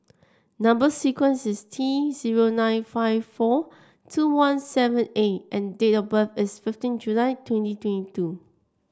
number sequence is T zero nine five four two one seven A and date of birth is fifteen July twenty twenty two